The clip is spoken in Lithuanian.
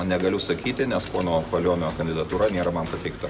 negaliu sakyti nes pono palionio kandidatūra nėra man pateikta